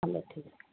हलो ठीकु आहे